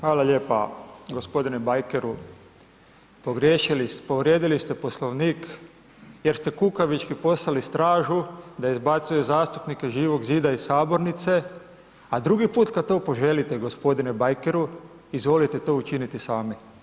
Hvala lijepa gospodine bajkeru, povrijedili ste Poslovnik jer ste kukavički poslali stražu da izbacuje zastupnike Živog zida iz sabornice, a drugi put kad to poželite gospodine bajkeru, izvolite to učiniti sami.